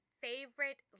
favorite